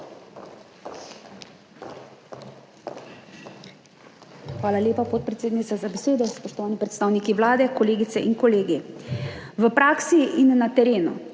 Hvala lepa, podpredsednica, za besedo. Spoštovani predstavniki Vlade, kolegice in kolegi! V praksi in na terenu